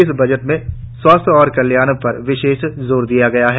इस बजट में स्वास्थ्य और कल्याण पर विशेष जोर दिया गया है